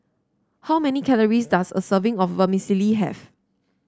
how many calories does a serving of Vermicelli have